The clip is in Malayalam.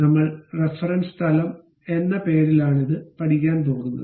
നമ്മൾ റഫറൻസ് തലം എന്ന പേരിലാണിത് പഠിക്കാൻ പോകുന്നത്